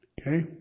Okay